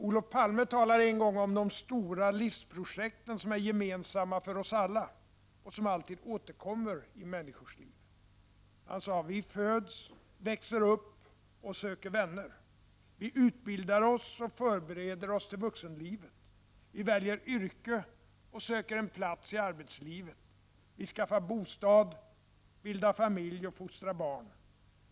Olof Palme talade en gång om de stora livsprojekt som är gemensamma för oss alla och som alltid återkommer i människors liv. Han sade: Vi föds, växer upp och söker vänner. Vi utbildar oss och förbereder oss för vuxenlivet. Vi väljer yrke och söker en plats i arbetslivet. Vi skaffar bostad, bildar familj och fostrar barn.